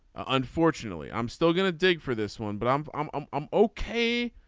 unfortunately i'm still gonna dig for this one but i'm i'm um i'm okay.